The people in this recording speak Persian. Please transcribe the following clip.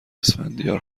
اسفندیار